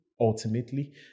ultimately